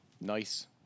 Nice